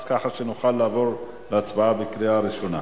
כך שנוכל לעבור להצבעה בקריאה ראשונה.